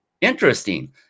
interesting